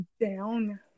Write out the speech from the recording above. Down